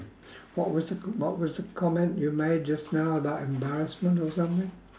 what was the c~ what was the comment you made just now about embarrassment or something